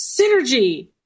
synergy